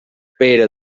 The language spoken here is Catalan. pere